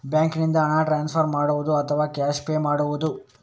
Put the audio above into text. ಬ್ಯಾಂಕಿನಿಂದ ಹಣ ಟ್ರಾನ್ಸ್ಫರ್ ಮಾಡುವುದ ಅಥವಾ ಕ್ಯಾಶ್ ಪೇ ಮಾಡುವುದು?